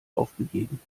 aufgegeben